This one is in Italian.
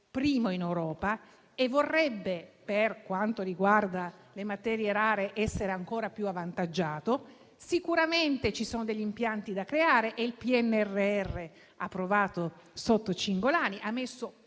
primo in Europa e vorrebbe, per quanto riguarda le materie rare, essere ancora più avvantaggiato. Sicuramente ci sono degli impianti da creare e il PNRR, approvato con il ministro